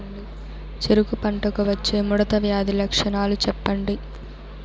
చెరుకు పంటకు వచ్చే ముడత వ్యాధి లక్షణాలు చెప్పండి?